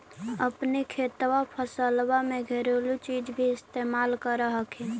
अपने खेतबा फसल्बा मे घरेलू चीज भी इस्तेमल कर हखिन?